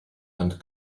and